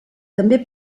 també